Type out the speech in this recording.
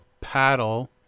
paddle